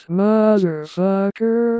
motherfucker